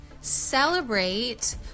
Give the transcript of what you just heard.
celebrate